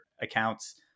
accounts